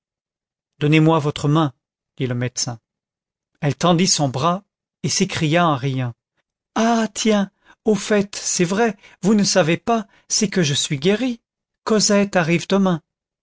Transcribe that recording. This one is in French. donnez-moi votre main dit le médecin elle tendit son bras et s'écria en riant ah tiens au fait c'est vrai vous ne savez pas c'est que je suis guérie cosette arrive